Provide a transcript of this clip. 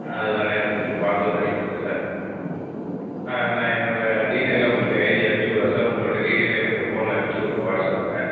அதனால் எனக்கு கொஞ்சம் பார்த்து பண்ணி கொடுங்க சார் நான் என்னோட டீட்டெய்லாம் உங்களுக்கு எழுதி அனுப்பிச்சி விடுறேன் சார் உங்களுடைய டீட்டெய்லு எனக்கு ஃபோனில் அனுப்பிச்சி விடுங்க வாட்ஸப்பில்